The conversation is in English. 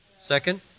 Second